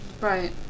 Right